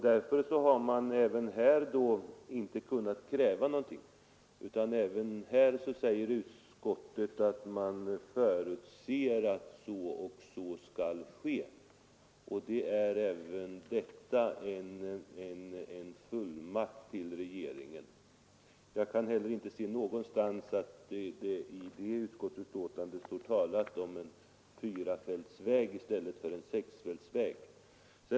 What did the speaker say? Därför har man inte heller här kunnat kräva någonting, utan även här säger utskottet att det förutsätter att så och så skall ske. Även detta är en fullmakt till regeringen. Jag kan heller inte se någonstans att det i utskottsbetänkandet talas om en fyrafilsväg i stället för en sexfilsväg.